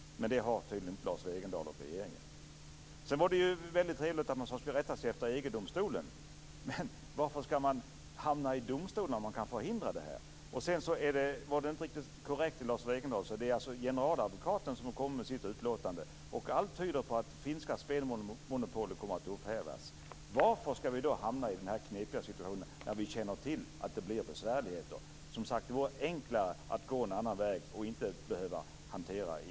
Men det har tydligen inte Sedan är det ju väldigt trevligt att man skall rätta sig efter EG-domstolen. Men varför skall man hamna i domstol när man kan förhindra det? Sedan var det inte riktigt korrekt som Lars Wegendal sade. Det är allstå generaladvokaten som har kommit med sitt utlåtande, och allt tyder på att finska spelmonopolet kommer att upphävas. Varför skall vi då hamna i den här knepiga situationen när vi känner till att det blir besvärligheter? Som sagt, det vore enklare att gå en annan väg och inte behöva hamna i